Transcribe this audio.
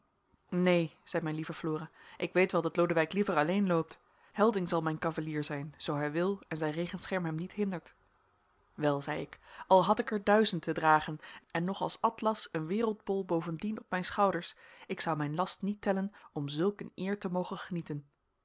neen zei mijn lieve flora ik weet wel dat lodewijk liever alleen loopt helding zal mijn cavalier zijn zoo hij wil en zijn regenscherm hem niet hindert wel zei ik al had ik er duizend te dragen en nog als atlas een wereldbol bovendien op mijn schouders ik zou mijn last niet tellen om zulk een eer te mogen genieten